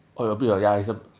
oh a bit of ya it's a